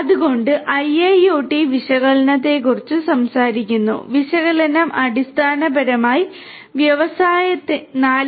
അതിനാൽ IIoT വിശകലനത്തെക്കുറിച്ച് സംസാരിക്കുന്നു വിശകലനം അടിസ്ഥാനപരമായി വ്യവസായ 4